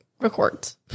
records